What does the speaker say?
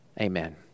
amen